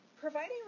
providing